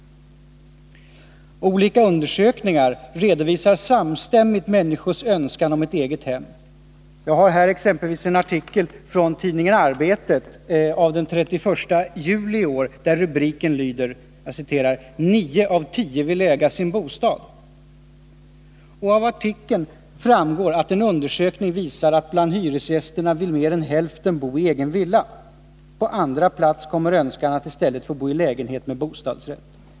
Olika undersökningar redovisar samstämmigt människors önskan om ett eget hem. Jag har här exempelvis en artikel från tidningen Arbetet av den 31 juli i år där rubriken lyder: ”Nio av tio vill äga sin bostad.” Av artikeln framgår att en undersökning visar att mer än hälften av hyresgästerna vill bo i egen villa. På andra plats kommer önskan att i stället få bo i lägenhet med bostadsrätt.